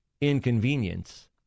inconvenience